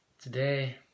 today